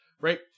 Right